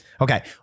Okay